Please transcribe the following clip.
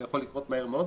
זה יכול לקרות מהר מאוד,